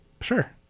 Sure